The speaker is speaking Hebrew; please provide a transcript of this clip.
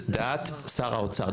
דעת שר האוצר,